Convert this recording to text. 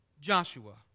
Joshua